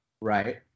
right